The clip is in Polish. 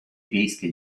wiejskie